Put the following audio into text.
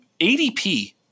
ADP